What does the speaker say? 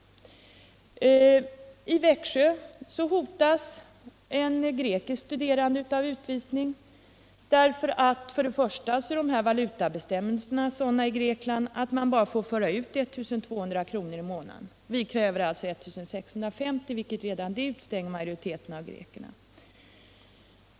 I Växjö hotas en grekisk studerande av utvisning därför att valutabestämmelserna i Grekland är sådana att man bara får föra ut I 200 kr. i månaden. Vi kräver nu 1 650, vilket redan det utestänger majoriteten av grekerna.